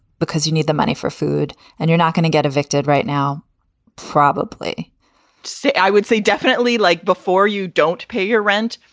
because you need the money for food and you're not going to get evicted right now probably say i would say definitely like before, you don't pay your rent.